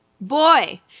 Boy